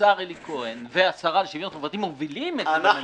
השר אלי כהן והשרה לשוויון חברתי מובילים את זה בממשלה.